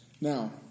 Now